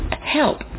help